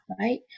right